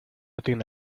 tiene